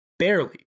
Barely